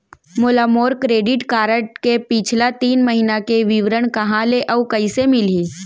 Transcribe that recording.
मोला मोर credit card के पिछला तीन महीना के विवरण कहाँ ले अऊ कइसे मिलही?